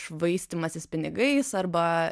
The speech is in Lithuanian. švaistymasis pinigais arba